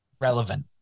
relevant